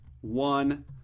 One